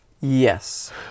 Yes